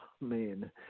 Man